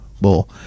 bull